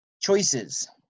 Choices